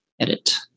edit